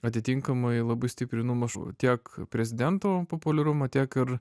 atitinkamai labai stiprino mažų tiek prezidento populiarumą tiek ir